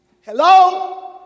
hello